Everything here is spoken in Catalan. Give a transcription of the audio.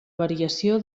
variació